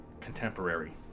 contemporary